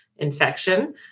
infection